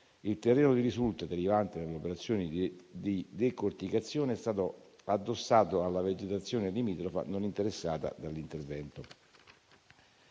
Il terreno di risulta derivante dalle operazioni di decorticazione è stato addossato alla vegetazione limitrofa non interessata dall'intervento.